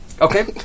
Okay